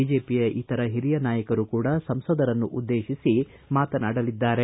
ಬಿಜೆಪಿಯ ಇತರ ಹಿರಿಯ ನಾಯಕರು ಕೂಡ ಸಂಸದರನ್ನು ಉದ್ದೇಶಿಸಿ ಮಾತನಾಡಲಿದ್ದಾರೆ